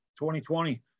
2020